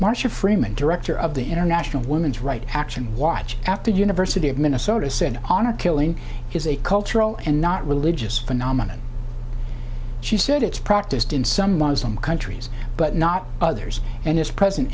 marcia freeman director of the international women's rights action watch after the university of minnesota said honor killing is a cultural and not religious phenomenon she said it's practiced in some muslim countries but not others and it's present